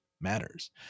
matters